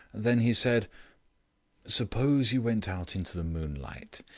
then he said suppose you went out into the moonlight.